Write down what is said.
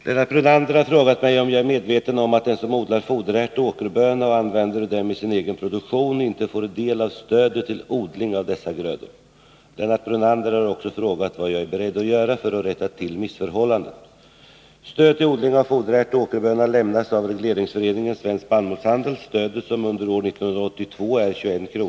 Herr talman! Lennart Brunander har frågat mig om jag är medveten om att den som odlar foderärt och åkerböna och använder dem i sin egen produktion inte får del av stödet till odling av dessa grödor. Lennart Brunander har också frågat vad jag är beredd att göra för att rätta till missförhållandet. Stöd till odling av foderärt och åkerböna lämnas av regleringsföreningen Svensk spannmålshandel. Stödet, som under år 1982 är 21 kr.